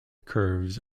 curves